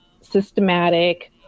systematic